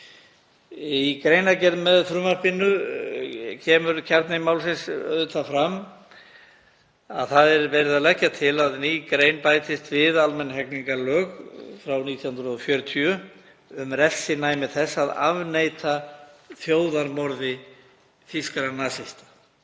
Í greinargerð með frumvarpinu kemur kjarni málsins auðvitað fram. Verið er að leggja til að ný grein bætist við almenn hegningarlög frá 1940 um refsinæmi þess að afneita þjóðarmorði þýskra nasista.